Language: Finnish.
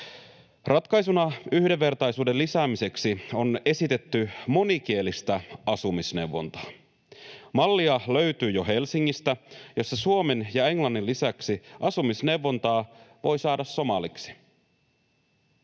Ratkaisuna yhdenvertaisuuden lisäämiseksi on esitetty monikielistä asumisneuvontaa. Mallia löytyy jo Helsingistä, jossa suomen ja englannin lisäksi asumisneuvontaa voi saada somaliksi.